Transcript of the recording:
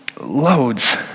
loads